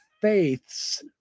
Faiths